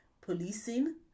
policing